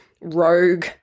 rogue